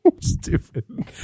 Stupid